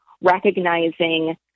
recognizing